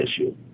issue